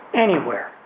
anywhere